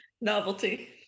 novelty